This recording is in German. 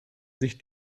sich